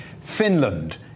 Finland